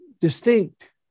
distinct